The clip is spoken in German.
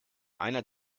einer